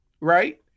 Right